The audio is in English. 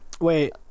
Wait